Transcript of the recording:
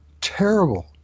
terrible